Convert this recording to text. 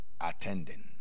attending